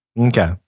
Okay